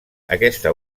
aquesta